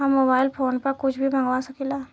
हम mobile phone पर कुछ भी मंगवा सकिला?